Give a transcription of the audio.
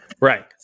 Right